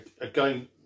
Again